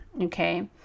okay